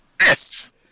Yes